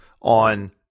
on